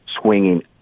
swinging